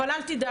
אבל אל תדאג,